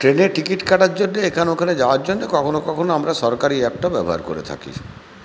ট্রেনে টিকিট কাটার জন্যে এখানে ওখানে যাওয়ার জন্যে কখনও কখনও আমরা সরকারি অ্যাপটা ব্যবহার করে থাকি